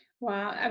Wow